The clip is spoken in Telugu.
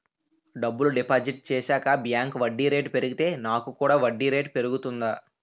డబ్బులు డిపాజిట్ చేశాక బ్యాంక్ వడ్డీ రేటు పెరిగితే నాకు కూడా వడ్డీ రేటు పెరుగుతుందా?